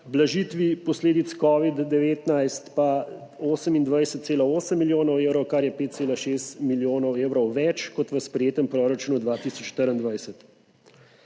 blažitvi posledic covid-19 pa 28,8 milijona evrov, kar je 5,6 milijona evrov več kot v sprejetem proračunu 2024.